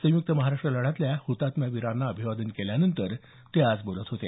संयुक्त महाराष्ट्र लढ्यातल्या हुतात्मा वीरांना अभिवादन केल्यानंतर ते बोलत होते